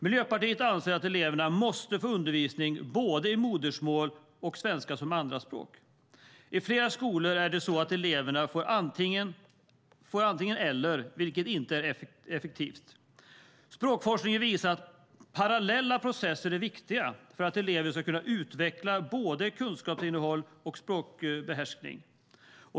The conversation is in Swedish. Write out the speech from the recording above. Miljöpartiet anser att eleverna måste få undervisning både i modersmål och svenska som andraspråk. I flera skolor får eleverna antingen eller, vilket inte är effektivt. Språkforskningen visar att parallella processer är viktiga för att eleven ska utveckla både kunskapsinnehåll och språkbehärskning.